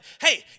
Hey